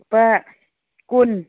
ꯂꯨꯄꯥ ꯀꯨꯟ